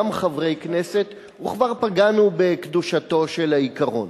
חברי הכנסת וכבר פגענו בקדושתו של העיקרון.